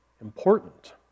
important